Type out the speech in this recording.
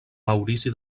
maurici